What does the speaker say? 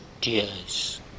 tears